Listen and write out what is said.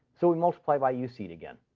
so we multiply by useed again.